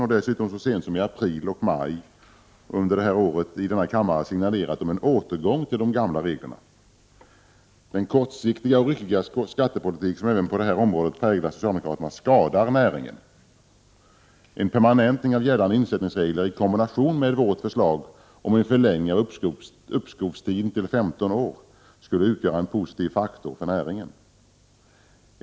De har dessutom så sent som i april och maj under detta år i denna kammare signalerat om en återgång till de gamla reglerna. Den kortsiktiga och ryckiga skattepolitik som även på detta område präglar socialdemokraterna skadar näringen. En permanentning av gällande insättningsregler i kombination med vårt förslag om en förlängning av uppskovstiden till 15 år skulle utgöra en positiv faktor för näringen.